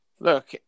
Look